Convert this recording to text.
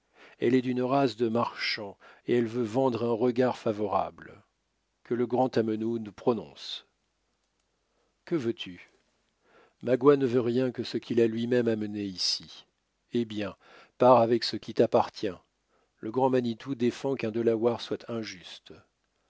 elle est d'une race de marchands et elle veut vendre un regard favorable que le grand tamenund prononce que veux-tu magua ne veut rien que ce qu'il a lui-même amené ici eh bien pars avec ce qui t'appartient le grand manitou défend qu'un delaware soit injuste